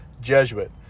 jesuit